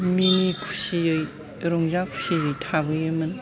मिनि खुसियै रंजा खुसियै थाबोयोमोन